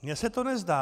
Mně se to nezdá.